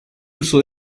uso